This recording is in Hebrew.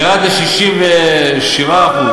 ירד ל-67%.